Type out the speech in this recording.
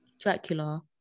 Dracula